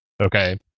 okay